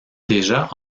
déjà